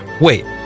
Wait